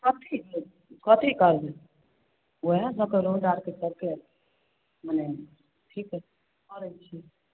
कथी छै कथी कहलिए वएह दऽ कऽ रोड आओरके छै हुँ ठीक हइ मने आबै छै